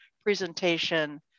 presentation